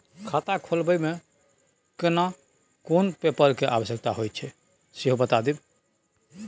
खाता खोलैबय में केना कोन पेपर के आवश्यकता होए हैं सेहो बता देब?